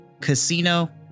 casino